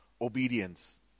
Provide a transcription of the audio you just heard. obedience